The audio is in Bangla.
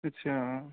আচ্ছা